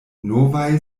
novaj